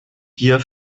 gier